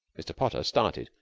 mr. potter started,